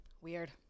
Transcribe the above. weird